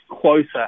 closer